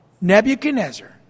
Nebuchadnezzar